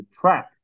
track